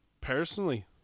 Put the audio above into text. personally